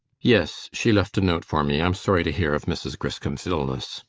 yes. she left a note for me. i'm sorry to hear of mrs. griscom's illness.